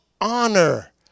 honor